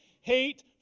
hate